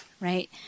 right